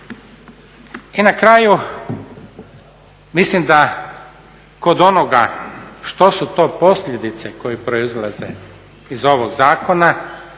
I na kraju mislim da kod onoga što su to posljedice koje proizlaze iz ovog zakona